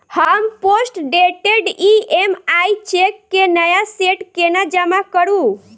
हम postdated EMI cheque केँ नया सेट केना जमा करू?